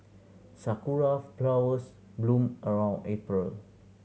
sakura flowers bloom around April